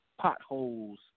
potholes